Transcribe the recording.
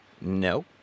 No